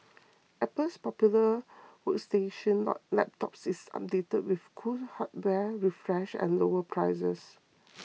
Apple's popular workstation laptops is updated with cool hardware refresh and lower prices